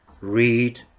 read